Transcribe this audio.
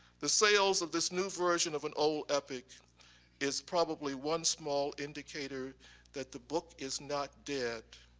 the sales of this new version of an old epic is probably one small indicator that the book is not dead,